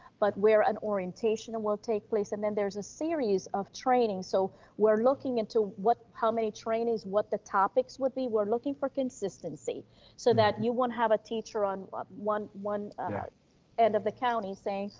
but where an orientation and will take place. and then there's a series of training. so we're looking into what, how many trainers, what the topics would be. we're looking for consistency so that you won't have a teacher on one one end of the county saying,